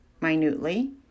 minutely